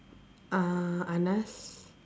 uh Anas